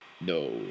No